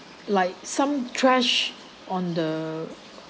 like some trash on the